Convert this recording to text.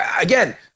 again